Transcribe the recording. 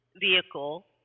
vehicle